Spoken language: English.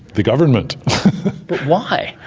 the government. but why?